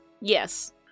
Yes